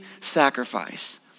sacrifice